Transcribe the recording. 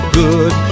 good